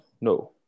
No